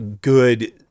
good